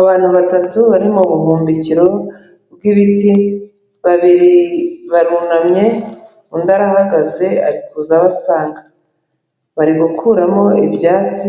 Abantu batatu bari mu buhumbikiro bw'ibiti, babiri barunamye, undi arahagaze ari kuza abasanga, bari gukuramo ibyatsi